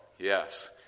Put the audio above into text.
Yes